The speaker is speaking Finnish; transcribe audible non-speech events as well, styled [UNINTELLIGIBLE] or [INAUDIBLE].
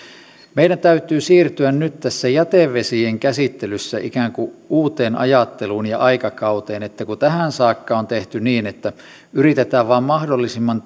meidän täytyy siirtyä nyt tässä jätevesien käsittelyssä ikään kuin uuteen ajatteluun ja aikakauteen kun tähän saakka on tehty niin että yritetään vain mahdollisimman [UNINTELLIGIBLE]